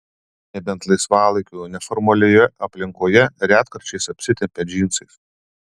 nebent laisvalaikiu neformalioje aplinkoje retkarčiais apsitempia džinsais